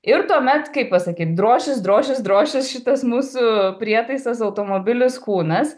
ir tuomet kaip pasakyt drošis drošis drošis šitas mūsų prietaisas automobilis kūnas